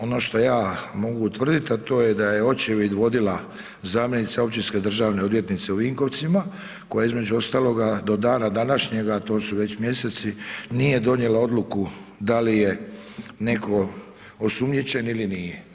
Ono što ja mogu tvrditi, a to je da očevid vodila zamjenica općinske državne odvjetnice u Vinkovcima, koja je između ostaloga, do dana današnjega, a to su već mjeseci, nije donijela odluku da li je netko osumnjičen ili nije.